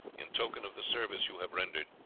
in token of the service you have rendered.